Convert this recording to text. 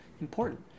important